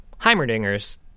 Heimerdinger's